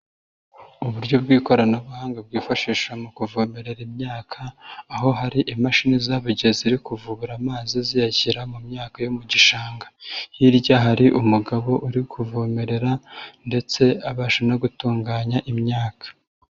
Uburyo bw'ikoranabuhanga bwifashishwa mu kuvomerera imyaka, aho hari imashini zabuge ziri kuvubura amazi ziyashyira mu myaka yo mu gishanga. Hirya hari umugabo uri kuvomerera ndetse abasha no gutunganya imyaka.